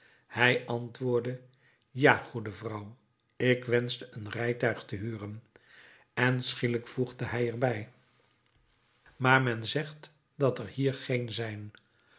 hij antwoordde ja goede vrouw ik wenschte een rijtuig te huren en schielijk voegde hij er bij maar men zegt dat er hier geen zijn